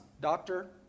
Doctor